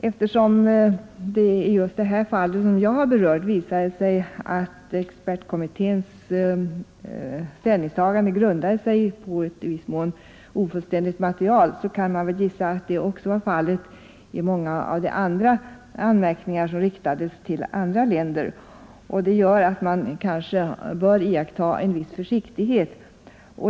Eftersom det just i det fall jag har berört visade sig att expertkommitténs ställningstagande grundade sig på ett i viss mån ofullständigt material kan man gissa att det också var fallet i många av de anmärkningar som riktades mot andra länder. Det gör att man kanske bör iaktta en viss försiktighet.